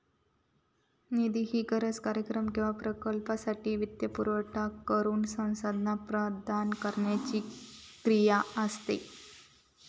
निधी ही गरज, कार्यक्रम किंवा प्रकल्पासाठी वित्तपुरवठा करुक संसाधना प्रदान करुची क्रिया असा